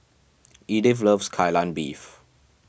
Edyth loves Kai Lan Beef